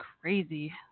crazy